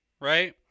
right